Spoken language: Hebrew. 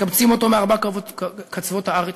מקבצים אותו מארבע קצוות הארץ,